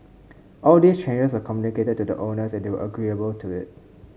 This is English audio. all these changes are communicated to the owners and they were agreeable to it